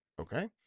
okay